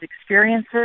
experiences